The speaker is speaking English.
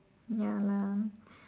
ya lah